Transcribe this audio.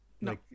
no